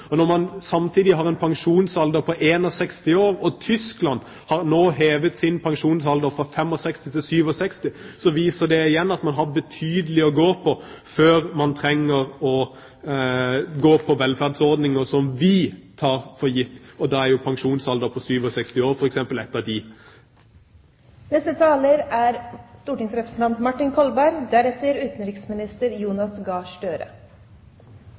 Når man samtidig har en pensjonsalder på 61 år – Tyskland har nå hevet sin pensjonsalder fra 65 til 67 år – viser det igjen at man har en betydelig vei å gå på før man trenger å gå på velferdsordninger som vi tar for gitt. Da er jo en pensjonsalder på 67 år